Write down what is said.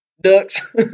Ducks